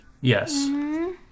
Yes